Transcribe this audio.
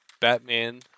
Batman